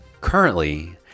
Currently